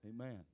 amen